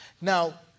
Now